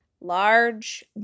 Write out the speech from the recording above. large